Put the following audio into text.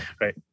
right